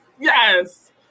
Yes